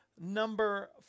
Number